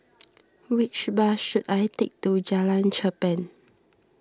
which bus should I take to Jalan Cherpen